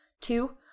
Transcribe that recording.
two